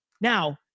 Now